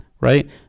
right